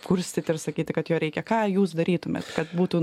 kurstyti ir sakyti kad jo reikia ką jūs darytumėt kad būtų